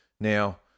Now